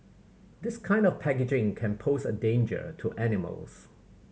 this kind of packaging can pose a danger to animals